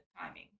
timing